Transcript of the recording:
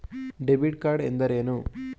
Debit card ಎಂದರೇನು?